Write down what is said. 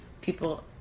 people